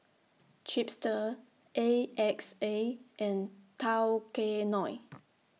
Chipster A X A and Tao Kae Noi